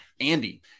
Andy